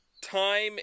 Time